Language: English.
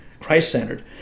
Christ-centered